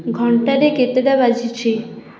ଘଣ୍ଟାରେ କେତେଟା ବାଜିଛି